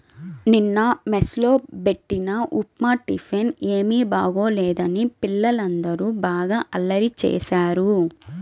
నిన్న మెస్ లో బెట్టిన ఉప్మా టిఫిన్ ఏమీ బాగోలేదని పిల్లలందరూ బాగా అల్లరి చేశారు